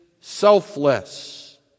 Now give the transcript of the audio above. selfless